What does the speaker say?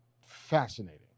fascinating